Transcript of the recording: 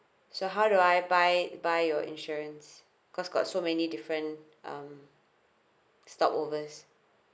so how do I buy buy your insurance cause got so many different um stopovers